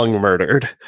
murdered